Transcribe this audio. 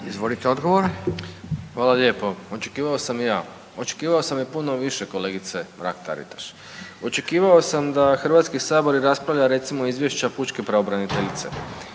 (Nezavisni)** Hvala lijepo. Očekivao sam i ja. Očekivao sam i puno više kolegice Mrak Taritaš. Očekivao sam da Hrvatski sabor i raspravlja recimo izvješća pučke pravobraniteljice